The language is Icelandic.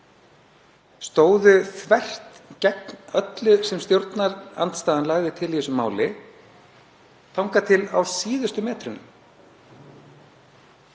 stóðu þvert gegn öllu sem stjórnarandstaðan lagði til í þessu máli þar til á síðustu metrunum.